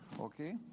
okay